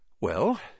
Well